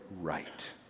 right